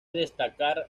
destacar